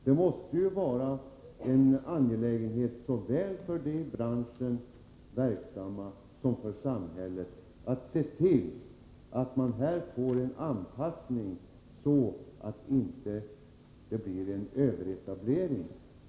Det måste vara angeläget såväl för de i branschen verksamma som för samhället att se till att man får en anpassning, så att det inte blir en överetablering.